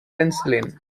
penicillin